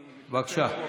בבקשה.